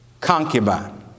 concubine